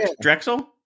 drexel